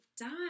done